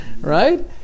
right